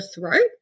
throat